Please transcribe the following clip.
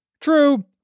True